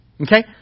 Okay